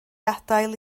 adael